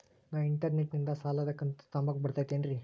ನಾ ಇಂಟರ್ನೆಟ್ ನಿಂದ ಸಾಲದ ಕಂತು ತುಂಬಾಕ್ ಬರತೈತೇನ್ರೇ?